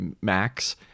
max